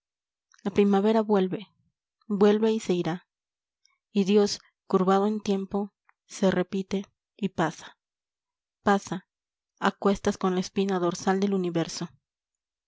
la primavera vuelve vuelve y se irá y dios curvado en tiempo se repite y pasa pasa a cuestas con la espina dorsal del universo